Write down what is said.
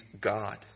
God